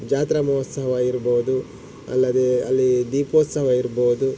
ಜಾತ್ರಾ ಮಹೋತ್ಸವ ಇರ್ಬೋದು ಅಲ್ಲದೇ ಅಲ್ಲಿ ದೀಪೋತ್ಸವ ಇರ್ಬೋದು